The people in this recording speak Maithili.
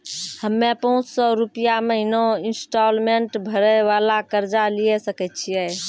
हम्मय पांच सौ रुपिया महीना इंस्टॉलमेंट भरे वाला कर्जा लिये सकय छियै?